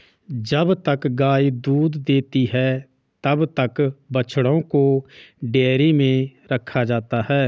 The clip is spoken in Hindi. जब तक गाय दूध देती है तब तक बछड़ों को डेयरी में रखा जाता है